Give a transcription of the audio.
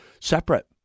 separate